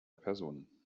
personen